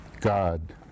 God